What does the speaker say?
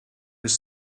his